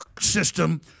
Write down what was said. system